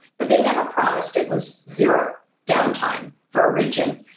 but they never promised it was zero downtime for a region.